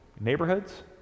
neighborhoods